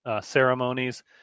ceremonies